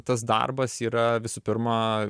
tas darbas yra visų pirma